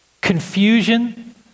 confusion